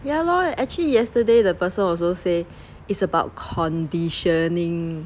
yeah lor actually yesterday the person also say it's about conditioning